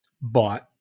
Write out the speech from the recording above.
bought